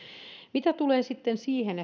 mitä tulee sitten siihen